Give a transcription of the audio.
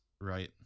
Right